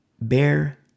bear